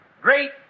great